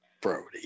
Brody